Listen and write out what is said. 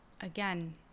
again